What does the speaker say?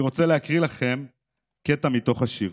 אני רוצה להקריא לכם קטע מתוך השיר.